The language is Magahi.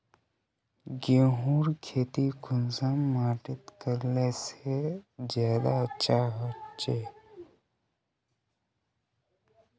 गेहूँर खेती कुंसम माटित करले से ज्यादा अच्छा हाचे?